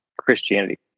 Christianity